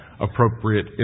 appropriate